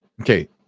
Okay